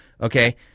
Okay